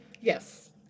Yes